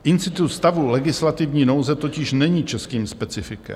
Institut stavu legislativní nouze totiž není českým specifikem.